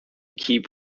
keep